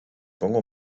pongo